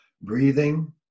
breathing